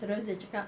terus dia cakap